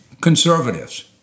conservatives